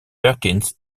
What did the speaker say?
perkins